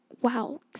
wow